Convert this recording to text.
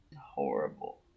horrible